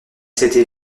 s’était